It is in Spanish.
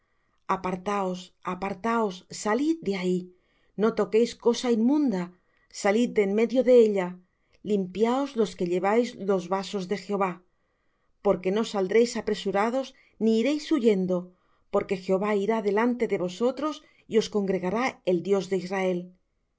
apartaos apartaos salid de ahí no toquéis cosa inmunda salid de en medio de ella limpiaos los que lleváis los vasos de jehová porque no saldréis apresurados ni iréis huyendo porque jehová irá delante de vosotros y os congregará el dios de israel